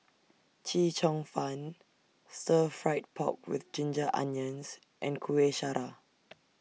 Chee Cheong Fun Stir Fried Pork with Ginger Onions and Kuih Syara